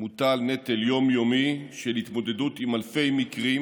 מוטל נטל יום-יומי של התמודדות עם אלפי מקרים